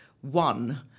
One